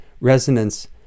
resonance